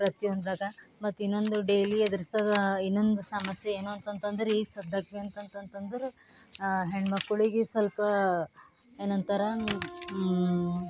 ಪ್ರತಿಯೊಂದ್ರಾಗ ಮತ್ತು ಇನ್ನೊಂದು ಡೇಲಿ ಎದ್ರಿಸೋದು ಇನ್ನೊಂದು ಸಮಸ್ಯೆ ಏನು ಅಂತಂತಂತಂದರೆ ಈಗ ಸದ್ಯಕ್ಕೆ ಅಂತಂತಂದರೆ ಹೆಣ್ಮಕ್ಕಳಿಗೆ ಸ್ವಲ್ಪ ಏನಂತಾರೆ